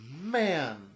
man